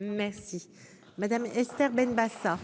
Merci Madame Esther Benbassa.